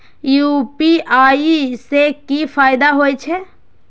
UPI से की फायदा हो छे?